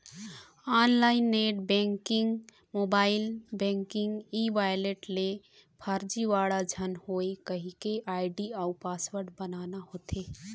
online net banking, mobile banking, e wallet ले फरजीवाड़ा झन होए कहिके आईडी अउ पासवर्ड बनाना होथे